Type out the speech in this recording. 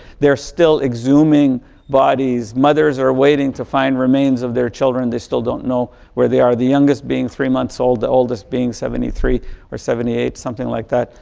they're still exhuming bodies. mothers are waiting to find remains of their children. they still don't know where they are. the youngest being three months old. the oldest being seventy three or seventy eight, something like that.